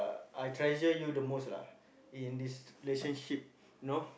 I I treasure you the most lah in this relationship you know